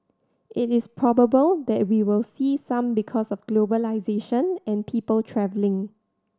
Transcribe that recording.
it is probable that we will see some because of globalisation and people travelling